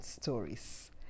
stories